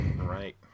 Right